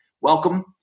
Welcome